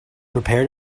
prepared